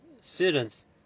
students